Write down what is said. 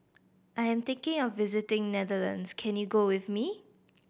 I'm thinking of visiting Netherlands can you go with me